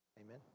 Amen